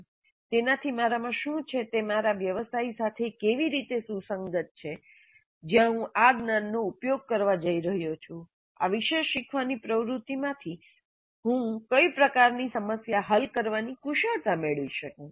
' 'તેનાથી મારામાં શું છે તે મારા વ્યવસાય સાથે કેવી રીતે સુસંગત છે જ્યાં હું આ જ્ઞાનનો ઉપયોગ કરવા જઇ રહ્યો છું આ વિશેષ શીખવાની પ્રવૃત્તિમાંથી હું કઈ પ્રકારની સમસ્યા હલ કરવાની કુશળતા મેળવી શકું